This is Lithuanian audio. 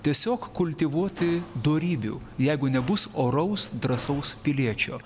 tiesiog kultivuoti dorybių jeigu nebus oraus drąsaus piliečio